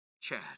Chad